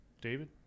David